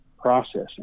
processing